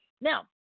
Now